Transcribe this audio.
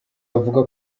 bavuga